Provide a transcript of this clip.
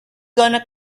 gonna